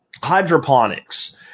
Hydroponics